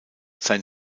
sein